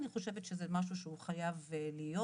אני חושבת שזה משהו שהוא חייב להתבצע